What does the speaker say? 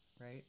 right